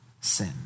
sin